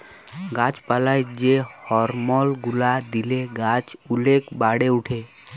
গাছ পালায় যে হরমল গুলা দিলে গাছ ওলেক বাড়ে উঠে